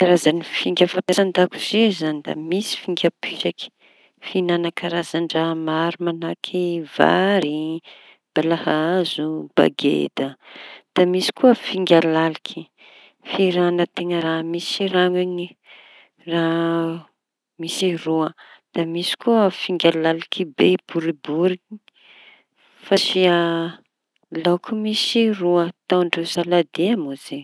Karaza finga fampiasa andakozia zañy da misy finga pisaky fihiñana. Karazan-draha maro mañaky vary, balahazo, bageda da misy finga laliky fihiña teña rami- raha misy roa da misy koa finga laliky be boribory fasia laoky misy roa ataon-dreo saladie moa zay.